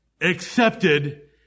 accepted